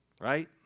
Right